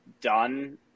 done